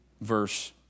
verse